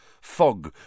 Fog